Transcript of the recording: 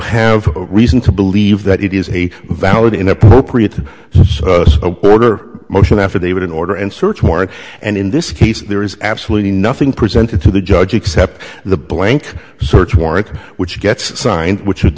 have a reason to believe that it is a valid in appropriate order motion affidavit in order and search warrant and in this case there is absolutely nothing presented to the judge except the blank search warrant which gets signed which would